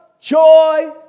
joy